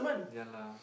ya lah